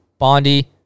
Bondi